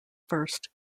first